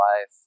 life